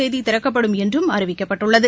தேதி திறக்கப்படும் என்றும் அறிவிக்கப்பட்டுள்ளது